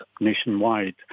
nationwide